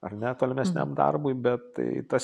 ar ne tolimesniam darbui bet tai tas